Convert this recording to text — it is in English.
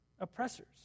oppressors